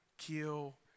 kill